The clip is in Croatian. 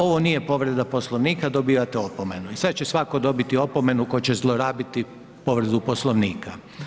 Ovo nije povreda Poslovnika, dobivate opomenu i sad će svatko dobiti opomenu tko će zlorabiti povredu Poslovnika.